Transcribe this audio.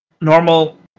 Normal